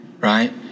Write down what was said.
right